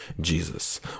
jesus